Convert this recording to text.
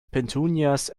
petunias